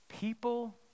People